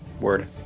word